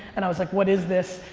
and i was like, what is this?